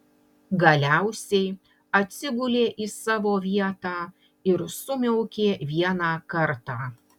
galiausiai atsigulė į savo vietą ir sumiaukė vieną kartą